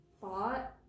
thought